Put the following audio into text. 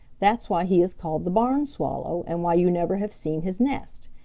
that's why he is called the barn swallow, and why you never have seen his nest.